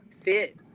fit